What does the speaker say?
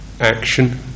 action